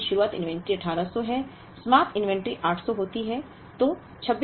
3 महीने की शुरुआत इन्वेंट्री 1800 है समाप्त इन्वेंट्री 800 होती है